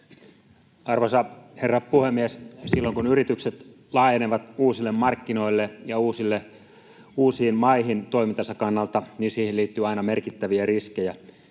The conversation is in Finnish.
Arvoisa herra puhemies! Silloin kun yritykset laajenevat uusille markkinoille ja uusiin maihin toimintansa kannalta, niin siihen liittyy aina merkittäviä riskejä.